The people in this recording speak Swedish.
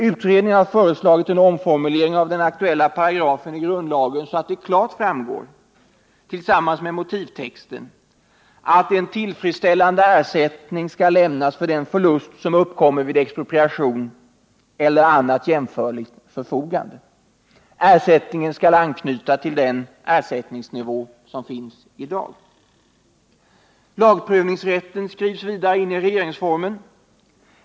Utredningen har föreslagit en omformulering av den aktuella paragrafen i grundlagen så att det, tillsammans med motivtexten, klart framgår att en tillfredsställande ersättning skall lämnas för den förlust som uppkommer vid expropriation eller annat sådant förfogande. Ersättningen skall anknyta till den ersättningsnivå som gäller i dag. Lagprövningsrätten skrivs in i regeringsformen.